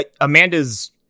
Amanda's